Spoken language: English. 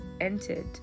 entered